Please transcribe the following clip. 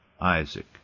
Isaac